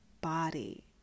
body